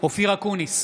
אופיר אקוניס,